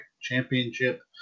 Championship